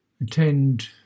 Attend